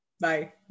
Bye